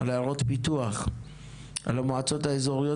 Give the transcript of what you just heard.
על כל עיירות הפיתוח ועל המועצות האזוריות